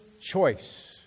choice